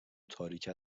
تاریک